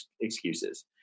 excuses